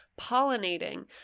pollinating